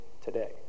today